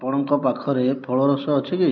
ଆପଣଙ୍କ ପାଖରେ ଫଳ ରସ ଅଛି କି